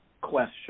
question